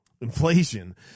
inflation